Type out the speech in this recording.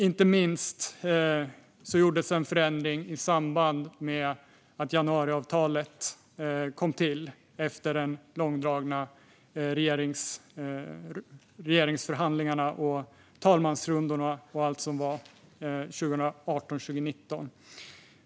Inte minst gjordes en förändring i samband med att januariavtalet kom till efter de långdragna regeringsförhandlingarna, talmansrundorna och allt som var 2018 och 2019.